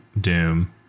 Doom